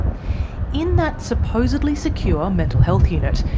in that supposedly secure mental health unit,